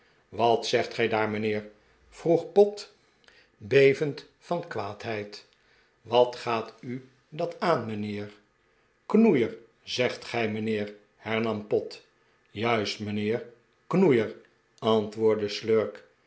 wat zegt gij daar mijnheer vroeg pott bevend van kwaadheid wat gaat u dat aan mijnheer knoeier zegt gij mijnheer hernam pott juist mijnheer knoeier antwoordde slurk